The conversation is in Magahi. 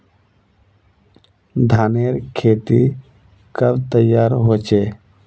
धानेर खेती कब तैयार होचे?